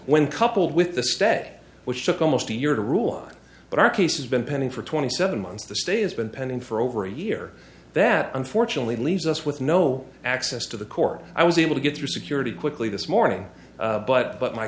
when coupled with the stay which took almost a year to rule on but our case has been pending for twenty seven months the state has been pending for over a year that unfortunately leaves us with no access to the court i was able to get through security quickly this morning but but my